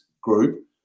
group